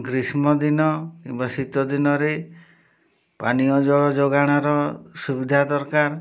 ଗ୍ରୀଷ୍ମ ଦିନ କିମ୍ବା ଶୀତ ଦିନରେ ପାନୀୟ ଜଳ ଯୋଗାଣର ସୁବିଧା ଦରକାର